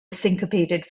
syncopated